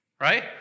Right